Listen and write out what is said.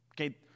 Okay